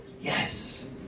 Yes